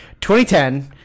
2010